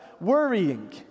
Worrying